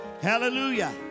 Hallelujah